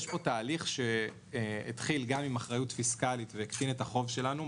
יש פה תהליך שהתחיל גם עם אחריות פיסקאלית והקטין את החוב שלנו.